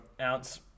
ounce